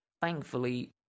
Thankfully